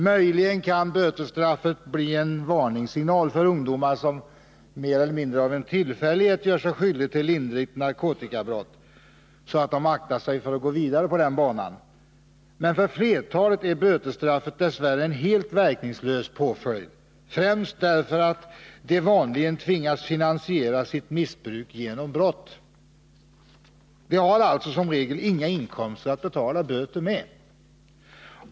Möjligen kan bötesstraffet bli en varningssignal för ungdomar som mer eller mindre av en tillfällighet gör sig skyldiga till lindrigt narkotikabrott, så att de aktar sig för att gå vidare på den ”banan”. Men för flertalet är bötesstraffet dess värre en helt verkningslös påföljd, främst därför att de vanligen tvingas finansiera sitt missbruk genom brott. De har alltså som regel inga inkomster att betala böterna med.